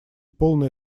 полное